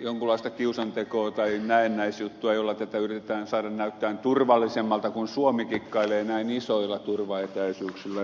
jonkinlaista kiusantekoa tai näennäisjuttua jolla tätä yritetään saada näyttämään turvallisemmalta kun suomi kikkailee näin isoilla turvaetäisyyksillä